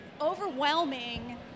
overwhelming